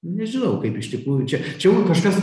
nežinau kaip iš tikrųjų čia čia jau kažkas